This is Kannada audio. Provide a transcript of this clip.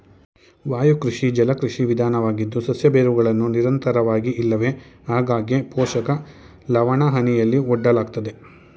ವಾಯುಕೃಷಿ ಜಲಕೃಷಿ ವಿಧಾನವಾಗಿದ್ದು ಸಸ್ಯ ಬೇರುಗಳನ್ನು ನಿರಂತರವಾಗಿ ಇಲ್ಲವೆ ಆಗಾಗ್ಗೆ ಪೋಷಕ ಲವಣಹನಿಯಲ್ಲಿ ಒಡ್ಡಲಾಗ್ತದೆ